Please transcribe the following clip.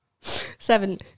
Seven